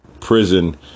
prison